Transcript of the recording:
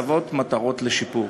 והצבת מטרות לשיפור.